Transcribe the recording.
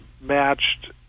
matched